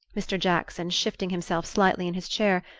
mr. jackson, shifting himself slightly in his chair,